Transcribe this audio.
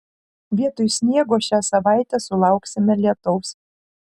vietoj sniego šią savaitę sulauksime lietaus